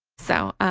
so,